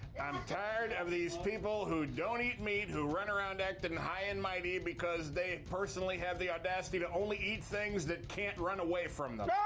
i'm tired of these people who don't eat meat, who run around acting high and mighty, because they personally have the audacity to only eat things that can't run away from them. ooohhh!